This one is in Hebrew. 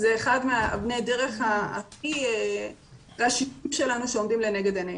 זה אחד מאבני הדרך הכי ראשיים שלנו שעומדים לנגד עינינו.